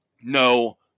No